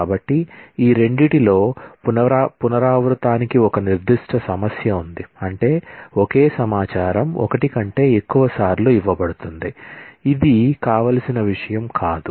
కాబట్టి ఈ రెండింటిలో పునరావృతానికి ఒక నిర్దిష్ట సమస్య ఉంది అంటే ఒకే సమాచారం ఒకటి కంటే ఎక్కువసార్లు ఇవ్వబడుతుంది ఇది కావాల్సిన విషయం కాదు